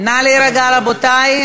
נא להירגע, רבותי.